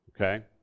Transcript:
okay